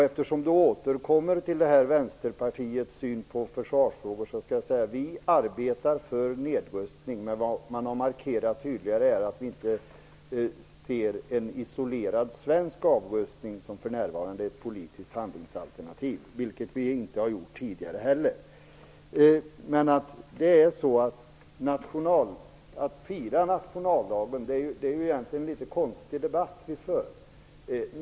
Eftersom han återkommer till Vänsterpartiets syn på försvarsfrågor skall jag säga att vi arbetar för nedrustning, men att man tydligare har markerat att vi inte ser en isolerad svensk avrustning som ett politiskt handlingsalternativ för närvarande. Det har vi inte gjort tidigare heller. Det är egentligen en konstig debatt vi för.